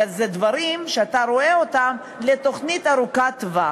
אלא אלה דברים שאתה רואה אותם בתוכנית ארוכת-טווח.